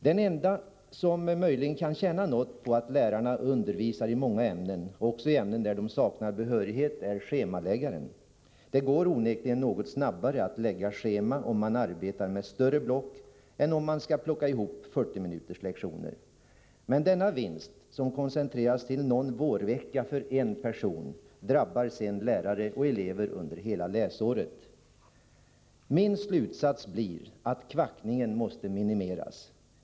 Den ende som möjligen kan tjäna något på att lärarna undervisar i många ämnen — också i ämnen där de saknar behörighet — är schemaläggaren. Det går onekligen något snabbare att lägga schema om man arbetar med större block än om man skall plocka ihop fyrtiominuterslektioner. Men denna vinst, som koncentreras till någon vårvecka för en person, drabbar sedan lärare och elever under hela läsåret. Min slutsats blir att kvackningen måste minimeras.